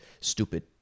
stupid